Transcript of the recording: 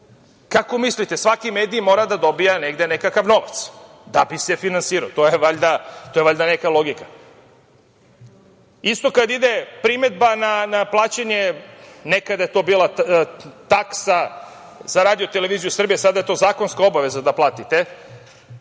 kako mislite, svaki medij mora da dobija negde nekakav novac da bi se finansirao, to je valjda neka logika. Isto kad ide primedba na plaćanje, nekada je to bila taksa za RTS, sada je to zakonska obaveza da platite,